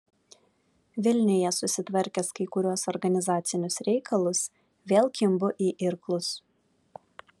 vilniuje susitvarkęs kai kuriuos organizacinius reikalus vėl kimbu į irklus